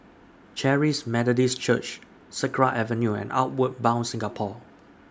Charis Methodist Church Sakra Avenue and Outward Bound Singapore